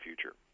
future